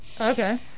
Okay